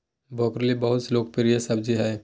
broccoli बहुत लोकप्रिय सब्जी हइ